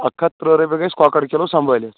اکھ ہتھ ترٕٛہ رۄپیہِ گَژھِ کۄکَر کلوٗ سمبٲلِتھ